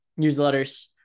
newsletters